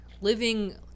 living